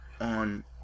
on